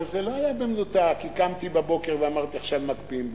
אבל זה לא היה במנותק כי קמתי בבוקר ואמרתי: עכשיו מקפיאים בנייה,